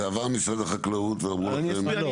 זה עבר את משרד החקלאות ואמרו לכם --- זה בסדר,